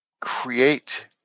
create